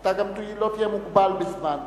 לא תהיה מוגבל בזמן.